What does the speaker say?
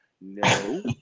No